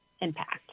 impact